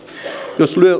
jos